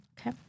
Okay